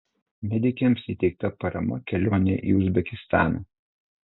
medikėms įteikta parama kelionei į uzbekistaną